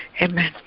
Amen